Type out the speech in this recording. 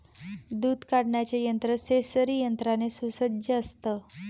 दूध काढण्याचे यंत्र सेंसरी यंत्राने सुसज्ज असतं